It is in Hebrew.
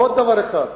ועוד דבר אחד,